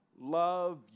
Love